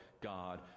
God